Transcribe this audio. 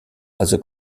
also